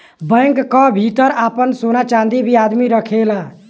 bank क भितर आपन सोना चांदी भी आदमी रखेला